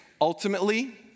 ultimately